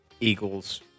Eagles